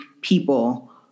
people